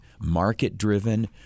market-driven